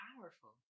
powerful